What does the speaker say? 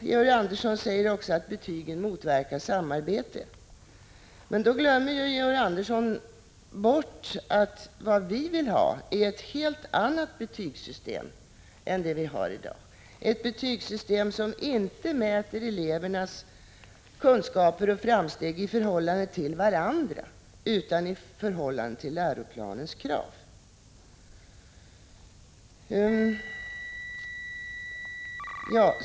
Georg Andersson säger också att betygen motverkar samarbete. Men då glömmer Georg Andersson bort att vad vi vill ha är ett helt annat betygssystem än det vi har i dag, ett betygssystem som inte mäter elevernas kunskaper och framsteg i förhållande till varandra utan i förhållande till läroplanens krav.